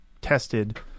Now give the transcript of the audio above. tested